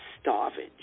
starving